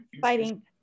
fighting